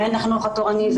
מעין החינוך התורני,